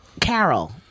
carol